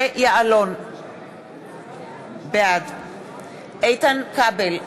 בעד איתן כבל,